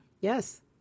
Yes